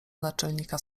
naczelnika